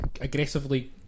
aggressively